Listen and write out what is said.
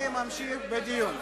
אני ממשיך בדיון.